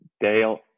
dale